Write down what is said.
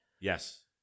Yes